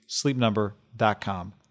sleepnumber.com